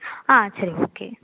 ஆ சரிங்க ஓகே